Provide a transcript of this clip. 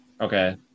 Okay